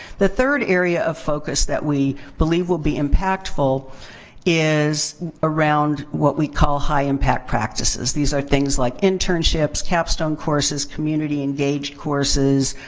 the third area of focus that we believe will be impactful is around what we call high impact practices. these are things like internships, capstone courses, community engaged courses,